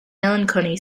melancholy